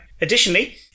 Additionally